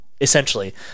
Essentially